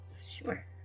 Sure